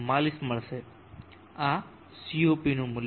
44 મળશે આ CoP મૂલ્ય છે